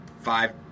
five